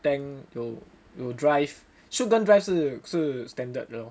tank 有有 drive 跟 drive 是 standard 的 lor